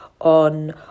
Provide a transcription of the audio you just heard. on